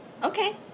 Okay